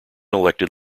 elected